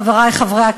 חברי חברי הכנסת,